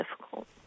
difficult